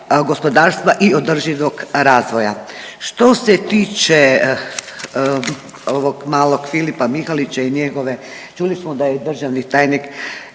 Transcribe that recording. gospodarstva i održivog razvoja. Što se tiče ovog malog Filipa Mihalića i njegove čuli smo da je državni tajnik